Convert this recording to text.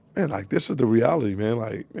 and like this is the reality, man, like,